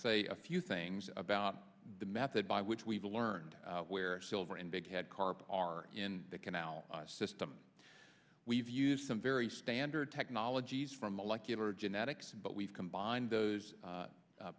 say a few things about the method by which we've learned where silver and big head carp are in the canal system we've used some very standard technologies from molecular genetics but we've combined those